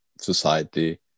society